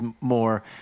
more